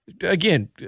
again